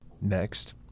Next